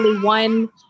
one